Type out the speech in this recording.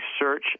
search